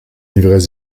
ivresse